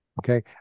okay